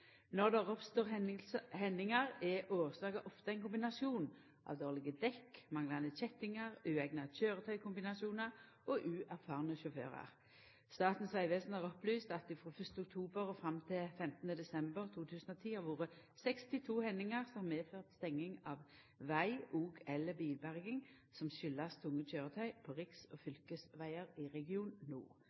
Når det oppstår hendingar, er årsaka ofte ein kombinasjon av dårlege dekk, manglande kjettingar, ueigna køyretøykombinasjonar og uerfarne sjåførar. Statens vegvesen har opplyst at det frå 1. oktober og fram til 15. desember 2010 har vore 62 hendingar som har medført stenging av veg og/eller bilberging som kjem av tunge køyretøy på riks- og fylkesvegar i region